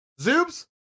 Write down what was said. Zoobs